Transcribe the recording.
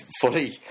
fully